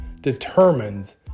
determines